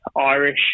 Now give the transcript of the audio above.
irish